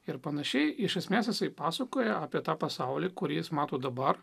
ir panašiai iš esmės jisai pasakoja apie tą pasaulį kurį jis mato dabar